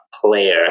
player